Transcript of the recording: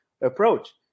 approach